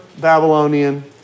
Babylonian